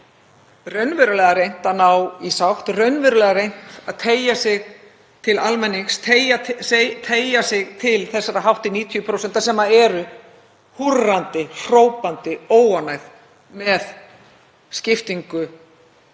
sátt, raunverulega reynt að teygja sig til almennings, teygja sig til þessara hátt í 90% sem eru húrrandi hrópandi óánægð með skiptingu